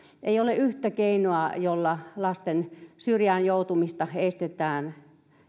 ei ole yhtä keinoa jolla lasten syrjään joutumista estetään